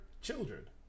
children